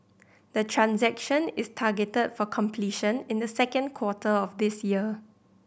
the transaction is targeted for completion in the second quarter of this year